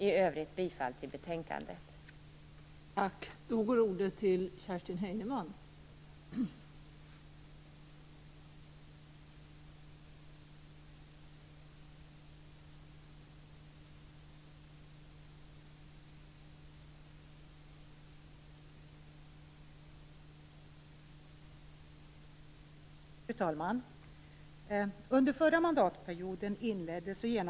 I övrigt yrkar jag bifall till hemställan i betänkandet.